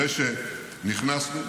אחרי שנכנסנו,